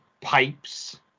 pipes